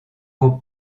beau